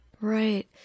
Right